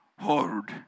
hold